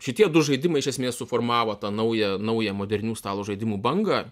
šitie du žaidimai iš esmės suformavo tą naują naują modernių stalo žaidimų bangą